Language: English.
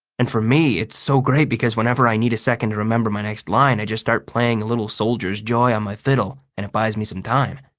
and for me it's so great because whenever i need a second to remember my next line, i just start playing a little soldier's joy on my fiddle and it buys me some time.